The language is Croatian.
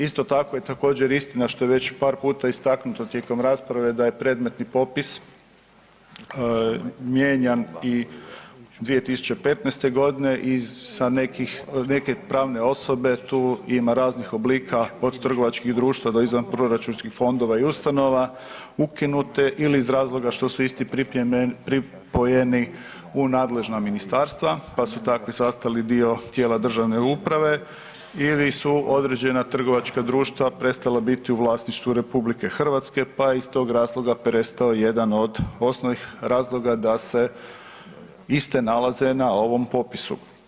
Isto tako je također istina što je već par puta istaknuto tijekom rasprave da je predmetni popis mijenjan i 2015. godine iz sa nekih, neke pravne osobe tu ima raznih oblika od trgovačkih društva do izvanproračunskih fondova i ustanova ukinute ili iz razloga što su isti pripojeni u nadležna ministarstva pa su takvi sastali dio državne uprave ili su određena trgovačka društva prestala biti u vlasništvu RH pa je iz tog razloga prestao jedan od osnovnih razloga da se iste nalaze na ovom popisu.